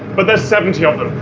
but there's seventy of them,